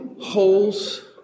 Holes